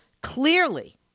clearly